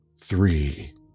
three